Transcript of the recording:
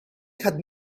had